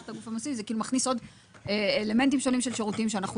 זה כאילו מכניס עוד אלמנטים שונים של שירותים שאנחנו